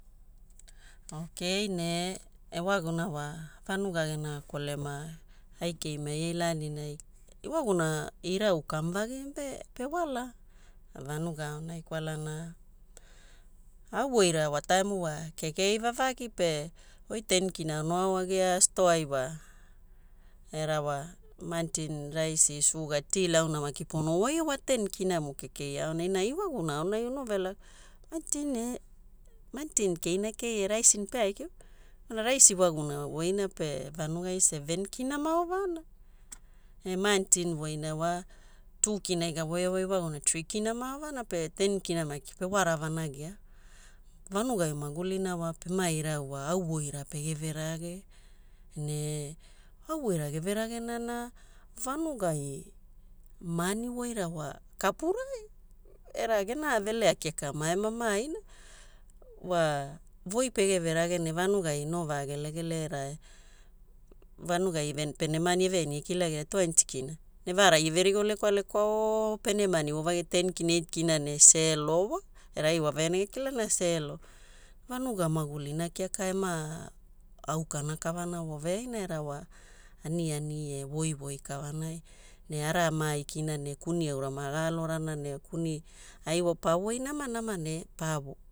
Ok ne ewaguna wa vanuga gena kolema ai keimai ai laaninai. Ewaguna irau kamuvagi pewala vanuga aonai kwalana au voira wataimu wa kekei vavagi pe oi ten kina ono aoagia stoai wa, era wa maantin, raisi, suga, tilauna maki pono voia wa ten kinamo kekei aonai na ewaguna aonai onove lakaoa, maantin e maantin keina kei e raisi ne peaikiwa. Kwalana raisi ewaguna voina vanugai seven kina maovana ne maantin voina wa two kinai gavoia wai iwaguna trikina maovana pe ten kina maki pewara vanagia. Vanugai magulina wa pema irau wa au voira pegeverage ne au voira geveragena na vanugai maani voira wa kapurai. Era gena velea kiaka maema maaina wa voi pegeve rage ne vanugai no vagelegele era vanugai even pene maani eveaina ie kilagia twenty kina, na vaara ieverigo lekwalekwa o pene maani voovagi ten kina eight kina ne selo wa era ai waveaina gekilana, selo. Vanuga magulina kiaka ema aukana kavana wa veaina era wa aniani e voivoi kavanai ne araa maaikna ne kuni aura maga alorana ne kuni ai wa pa voi namanama ne pa